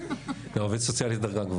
סוציאלית.